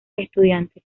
estudiantes